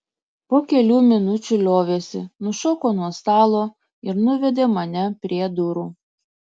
po kelių minučių liovėsi nušoko nuo stalo ir nuvedė mane prie durų